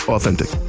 Authentic